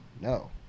No